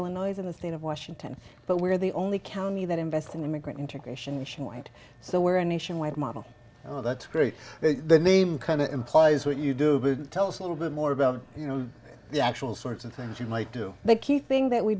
illinois in the state of washington but we're the only county that invests in immigrant intercalation nationwide so we're a nationwide model well that's great the name kind of implies what you do tell us a little bit more about you know the actual sorts of things you might do the key thing that we